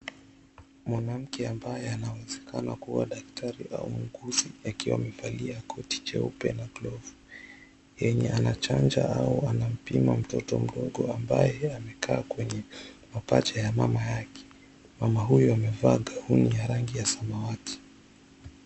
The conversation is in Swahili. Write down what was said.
Mwanamke ambaye anawezekana kuwa daktari, au muuguzi akiwa amevalia koti cheupe na glovu, yenye anachanja hawa, anampima mtoto mdogo ambaye amekaa kwenye mapaja ya mama yake. Mama huyo amevaa gauni ya rangi ya samawati.